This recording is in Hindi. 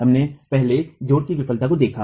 हमने पहले जोड़ों की विफलता को देखा